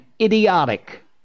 idiotic